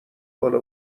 بالا